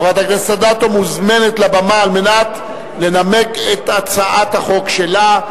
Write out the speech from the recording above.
חברת הכנסת אדטו מוזמנת לבמה על מנת לנמק את הצעת החוק שלה.